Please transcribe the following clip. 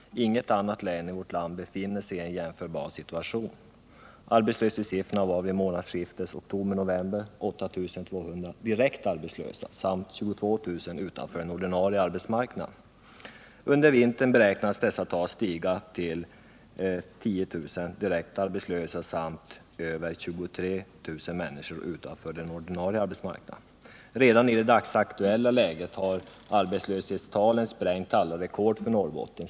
Inget annat län i vårt land befinner sig i en jämförbar situation. Arbetslöshetssiffrorna var vid månadsskiftet oktober-november 8 200 direkt arbetslösa samt 22 000 utanför den ordinarie arbetsmarknaden. Under vintern beräknas dessa tal stiga till 10 000 direkt arbetslösa samt över 23 000 människor utanför den ordinarie arbetsmarknaden. Redan i det dagsaktuella läget har arbetslöshetstalen sprängt alla rekord för Norrbotten.